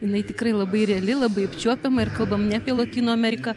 jinai tikrai labai reali labai apčiuopiama ir kalbam ne apie lotynų ameriką